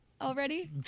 Already